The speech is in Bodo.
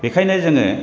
बेनिखायनो जोङो